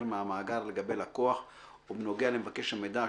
מהמאגר לגבי לקוח או בנוגע למבקש המידע,